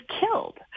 killed